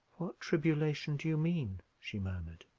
what tribulation do you mean? she murmured.